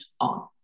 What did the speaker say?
on